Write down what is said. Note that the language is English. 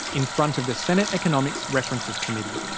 in front of the senate economics references committee.